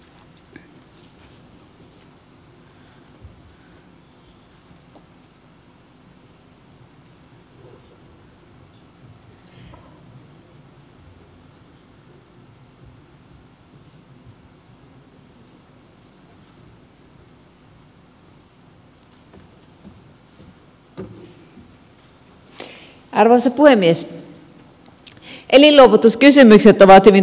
elinluovutuskysymykset ovat hyvin tunnepitoisia